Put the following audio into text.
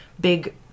big